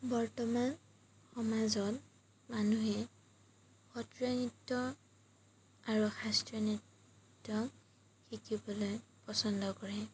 বৰ্তমান সমাজত মানুহে সত্ৰীয়া নৃত্য আৰু শাস্ত্ৰীয় নৃত্য শিকিবলৈ পচন্দ কৰে